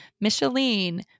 Micheline